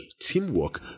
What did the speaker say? teamwork